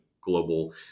global